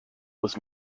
was